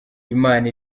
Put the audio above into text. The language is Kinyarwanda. imana